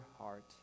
heart